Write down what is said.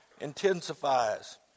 intensifies